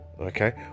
Okay